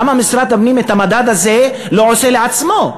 למה משרד הפנים, את המדד הזה לא עושה לעצמו?